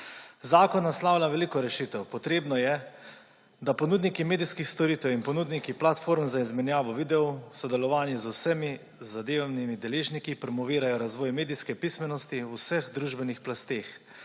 Zakon naslavlja veliko rešitev. Potrebno je, da ponudniki medijskih storitev in ponudniki platform za izmenjavo videov, v sodelovanju z vsemi zadevnimi deležniki, promovirajo razvoj medijske pismenosti v vseh družbenih plasteh,